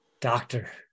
Doctor